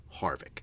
Harvick